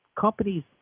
companies